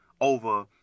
over